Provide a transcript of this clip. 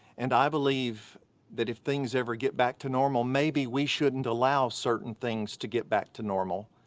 and i believe that if things ever get back to normal maybe we shouldn't allow certain things to get back to normal.